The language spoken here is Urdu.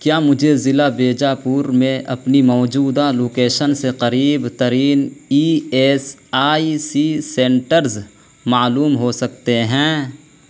کیا مجھے ضلع بیجاپور میں اپنی موجودہ لوکیشن سے قریب ترین E S I C centres معلوم ہو سکتے ہیں